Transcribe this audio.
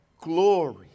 glory